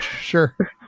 Sure